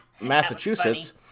Massachusetts